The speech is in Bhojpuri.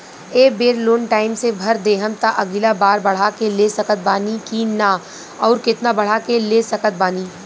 ए बेर लोन टाइम से भर देहम त अगिला बार बढ़ा के ले सकत बानी की न आउर केतना बढ़ा के ले सकत बानी?